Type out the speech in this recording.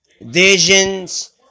Visions